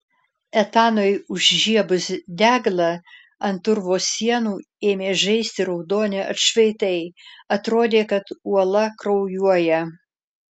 etanui užžiebus deglą ant urvo sienų ėmė žaisti raudoni atšvaitai atrodė kad uola kraujuoja